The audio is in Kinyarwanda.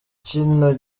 kino